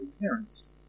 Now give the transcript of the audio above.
parents